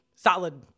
Solid